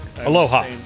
Aloha